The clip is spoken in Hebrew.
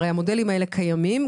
הרי המודלים האלה קיימים,